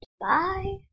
bye